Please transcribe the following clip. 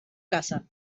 casa